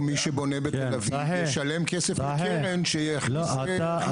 או מי שבונה בתל אביב ישלם כסף מקרן שיכניס לחיזוק בקריית שמונה.